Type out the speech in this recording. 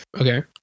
Okay